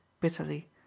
bitterly